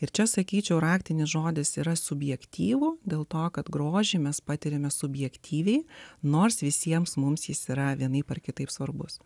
ir čia sakyčiau raktinis žodis yra subjektyvu dėl to kad grožį mes patiriame subjektyviai nors visiems mums yra vienaip ar kitaip svarbus